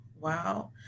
wow